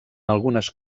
algunes